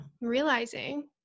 realizing